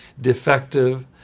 defective